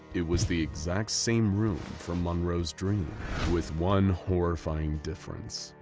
it was the exact same room from monroe's dream with one horrifying difference.